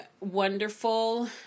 wonderful